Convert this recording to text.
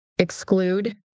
exclude